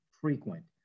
frequent